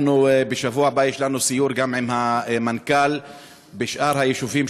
בשבוע הבא יש לנו סיור עם המנכ"ל בשאר היישובים